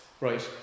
right